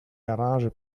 garage